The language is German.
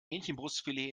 hähnchenbrustfilet